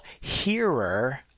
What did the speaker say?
hearer